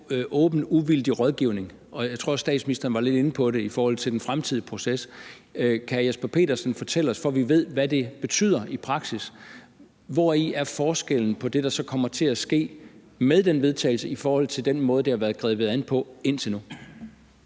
hvori forskellen består på det, der så kommer til at ske med det forslag til vedtagelse, i forhold til den måde, det har været grebet an på indtil nu?